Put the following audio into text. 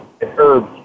herbs